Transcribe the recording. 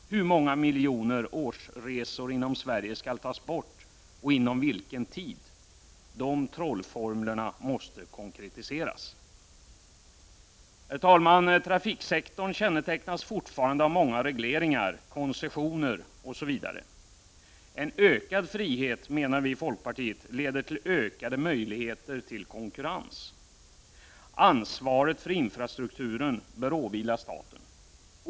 Hur många miljoner årsresor inom Sverige skall tas bort och inom vilken tid? De trollformlerna måste konkretiseras. Herr talman! Trafiksektorn kännetecknas fortfarande av många regleringar, koncessioner osv. En ökad frihet, anser vi i folkpartiet, leder till ökade möjligheter till konkurrens. Ansvaret för infrastrukturen bör åvila staten.